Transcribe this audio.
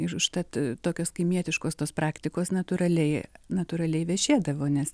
iš užtat tokios kaimietiškos tos praktikos natūraliai natūraliai vešėdavo nes